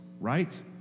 Right